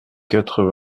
quatre